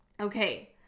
Okay